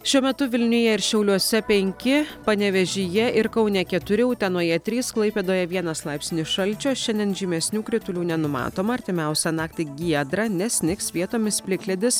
šiuo metu vilniuje ir šiauliuose penki panevėžyje ir kaune keturi utenoje trys klaipėdoje vienas laipsnis šalčio šiandien žymesnių kritulių nenumatoma artimiausią naktį giedra nesnigs vietomis plikledis